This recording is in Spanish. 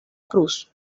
cruz